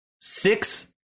six